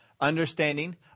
understanding